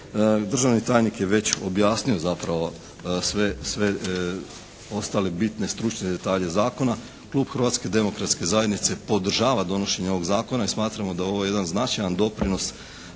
državni tajnik je već objasnio zapravo sve ostale bitne stručne detalje zakone. Klub Hrvatske demokratske zajednice podržava donošenje ovog zakona i smatramo da je ovo jedan značajan doprinos